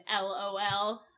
LOL